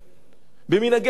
ומנהגי אבלות שונים.